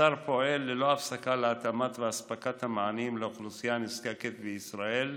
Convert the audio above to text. השר פועל ללא הפסקה להתאמה ואספקה של המענים לאוכלוסייה נזקקת בישראל,